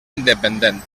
independent